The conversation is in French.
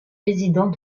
résident